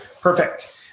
Perfect